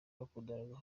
bakundanaga